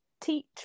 teach